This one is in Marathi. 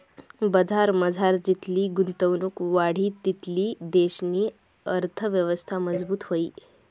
बजारमझार जितली गुंतवणुक वाढी तितली देशनी अर्थयवस्था मजबूत व्हयी